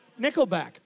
Nickelback